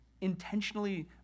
intentionally